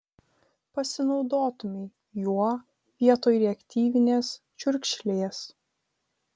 pasinaudotumei juo vietoj reaktyvinės čiurkšlės